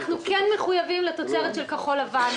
אנחנו כן מחויבים לתוצרת של כחול-לבן,